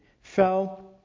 fell